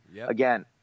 Again